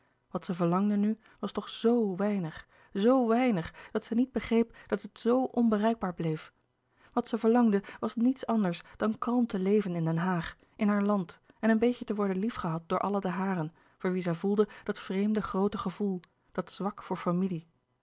wat zij verlangde nu was toch zo weinig zo weinig dat zij niet begreep dat het zoo onbereikbaar bleef wat zij verlangde was niets anders dan kalm te leven in den haag in haar land en een beetje te worden liefgehad door alle de haren voor wie zij voelde dat vreemde groote gevoel dat zwak voor familie